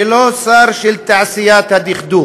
אזרחי ישראל, ולא שר של תעשיית הדכדוך.